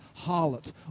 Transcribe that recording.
harlot